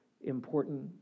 important